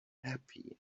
happy